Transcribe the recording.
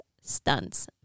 Stunts